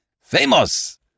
Famous